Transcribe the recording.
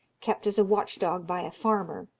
kept as a watch-dog by a farmer,